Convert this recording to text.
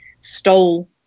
stole